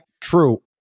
True